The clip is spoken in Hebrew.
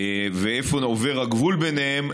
ולאיפה עובר הגבול ביניהם,